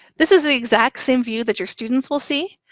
this is the exact same view that your students will see,